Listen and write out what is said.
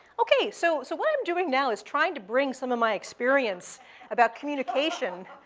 okay, so so what i'm doing now is trying to bring some of my experience about communication.